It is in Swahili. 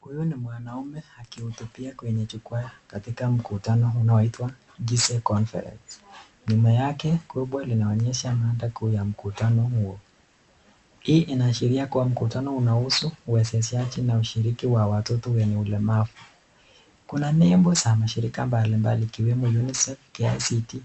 Huyu ni mwanaume akihutubia kwenye jukwaa, katika mkutano unaoitwa kise conference , nyuma yake kubwa linaonyesha madda kuu ya mkutano huo, hii inaashiria kuwa mkutano inahusu uwezeshaji wa watoto na ushiriki wenye watoto walemavu, kuna nembo za mashirika mbalimbali ikiwemo unicef, kicd